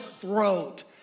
throat